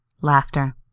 Laughter